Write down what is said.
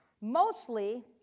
Mostly